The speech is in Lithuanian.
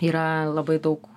yra labai daug